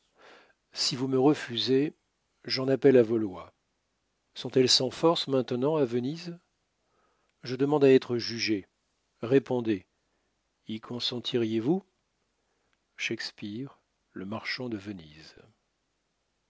si vous me refusez j'en appelle à vos lois sont-elles sans force maintenant à venise je demande à être jugé répondez y consentiriez vous shakespeare le marchand de venise